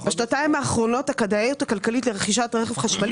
בשנתיים האחרונות הכדאיות הכלכלית לרכישת רכב חשמלי